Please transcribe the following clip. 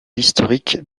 historique